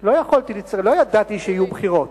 לא יכולתי, כי לא ידעתי שיהיו בחירות.